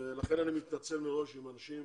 לכן אני מתנצל מראש, אם אנשים